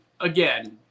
again